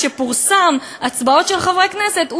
כשפורסמו ההצבעות של חברי כנסת,